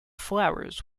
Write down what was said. flowers